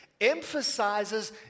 emphasizes